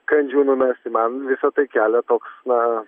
kandžių numesti man visa tai kelia toks na